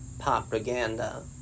propaganda